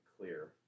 clear